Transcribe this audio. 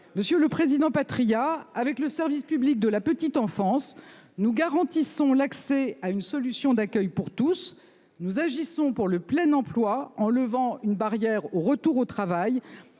Monsieur le Président Patriat avec le service public de la petite enfance. Nous garantissons l'accès à une solution d'accueil pour tous. Nous agissons pour le plein emploi en levant une barrière au retour au travail.